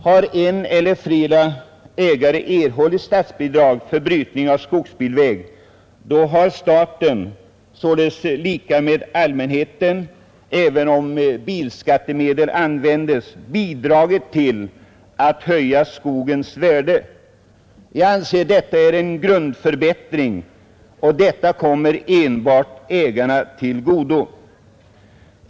Har en eller flera ägare erhållit statsbidrag för brytning av skogsbilväg har staten, således allmänheten, även om bilskattemedel använts bidragit till att höja skogens värde. Det är här fråga om en grundförbättring som enbart kommer ägarna till godo.